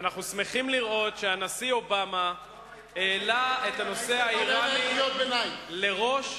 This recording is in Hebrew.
ואנחנו שמחים לראות שהנשיא אובמה העלה את הנושא האירני לראש